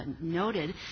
noted